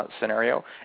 scenario